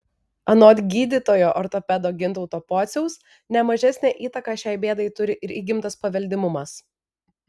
anot gydytojo ortopedo gintauto pociaus ne mažesnę įtaką šiai bėdai turi ir įgimtas paveldimumas